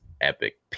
epic